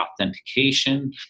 authentication